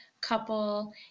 couple